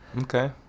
Okay